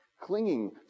clinging